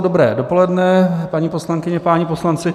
Dobré dopoledne, paní poslankyně, páni poslanci.